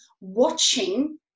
watching